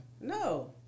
No